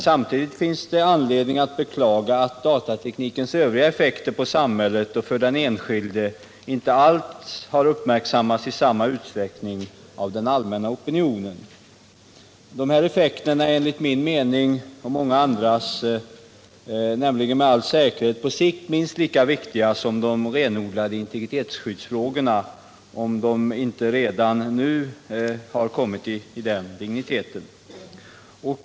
Samtidigt finns det emellertid anledning att beklaga att datateknikens övriga effekter för samhället och den enskilde inte alls har uppmärksammats i samma utsträckning av den allmänna opinionen. Enligt min och många andras mening är dessa effekter på sikt med all säkerhet minst lika viktiga som de renodlade integritetsfrågorna, om de inte redan nu har uppnått den digniteten.